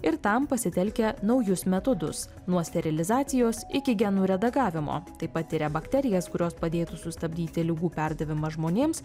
ir tam pasitelkia naujus metodus nuo sterilizacijos iki genų redagavimo tai patiria bakterijas kurios padėtų sustabdyti ligų perdavimą žmonėms